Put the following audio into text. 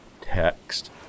text